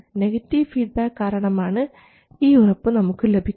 negative feedback കാരണമാണ് ഈ ഉറപ്പ് നമുക്ക് ലഭിക്കുന്നത്